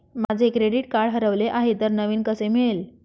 माझे credit card हरवले आहे तर नवीन कसे मिळेल?